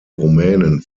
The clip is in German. rumänen